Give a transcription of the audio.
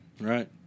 right